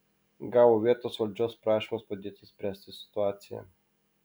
gavo vietos valdžios prašymus padėti spręsti situaciją